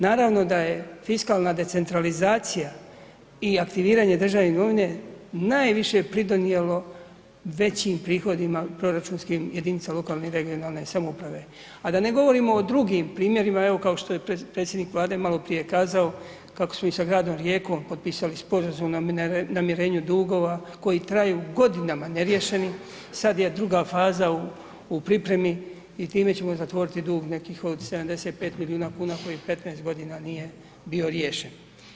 Naravno da je fiskalna decentralizacija i aktiviranje državne imovine najviše pridonijelo većim prihodima proračunskim jedinicama lokalne i regionalne samouprave, a da ne govorimo o drugim primjerima, evo, kao što je predsjednik Vlade maloprije kazao, kako smo mi sa gradom Rijekom potpisali sporazum o namirenju dugova koji traju godinama neriješeni, sad je druga faza u pripremi i time ćemo zatvoriti dug nekih od 75 milijuna kuna koji 15 godina nije bio riješen.